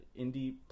indie